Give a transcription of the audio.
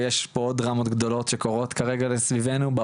ויש פה עוד דרמות גדולות שקורות כרגע סביבנו,